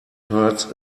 hurts